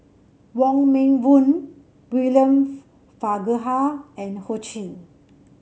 Wong Meng Voon William Farquhar and Ho Ching